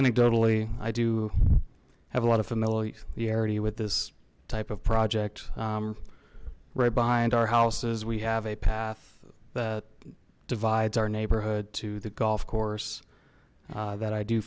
anecdotally i do have a lot of familiarity with this type of project right behind our houses we have a path that divides our neighborhood to the golf course that i do